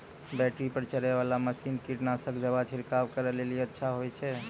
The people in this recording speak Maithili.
बैटरी पर चलै वाला मसीन कीटनासक दवा छिड़काव करै लेली अच्छा होय छै?